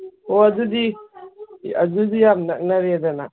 ꯑꯣ ꯑꯗꯨꯗꯤ ꯑꯗꯨꯗꯤ ꯌꯥꯝ ꯅꯛꯅꯔꯦꯗꯅ